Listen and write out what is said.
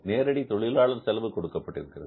நேரடி தொழிலாளர் செலவு கொடுக்கப்பட்டிருக்கிறது